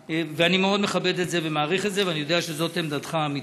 ואני מאוד מכבד את זה ומעריך את זה ואני יודע שזאת עמדתך האמיתית.